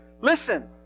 listen